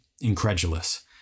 incredulous